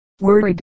worried